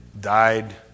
died